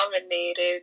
nominated